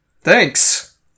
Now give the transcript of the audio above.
thanks